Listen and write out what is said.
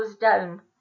down